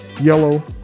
yellow